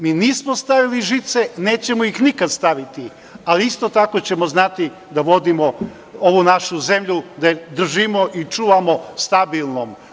Mi nismo stavili žice i nećemo ih nikad staviti, ali isto tako ćemo znati da vodimo ovu našu zemlju, da je držimo i čuvamo stabilnom.